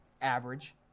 average